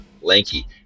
Lanky